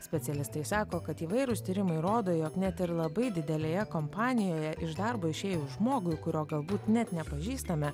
specialistai sako kad įvairūs tyrimai rodo jog net ir labai didelėje kompanijoje iš darbo išėjus žmogui kurio galbūt net nepažįstame